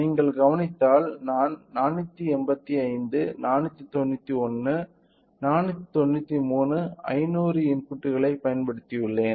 நீங்கள் கவனித்தால் நான் 485 491 493 500 இன்புட்களைப் பயன்படுத்தியுள்ளேன்